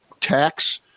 tax